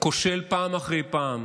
כושל פעם אחרי פעם.